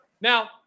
Now –